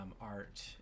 art